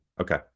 okay